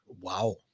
Wow